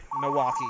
Milwaukee